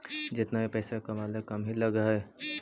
जेतना भी पइसा कमाले कम ही लग हई